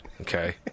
Okay